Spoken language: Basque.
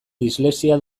dislexia